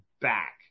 back